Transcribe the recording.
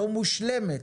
לא מושלמת,